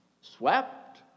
swept